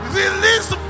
release